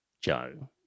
Joe